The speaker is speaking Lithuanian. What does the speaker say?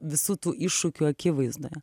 visų tų iššūkių akivaizdoje